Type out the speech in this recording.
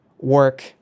work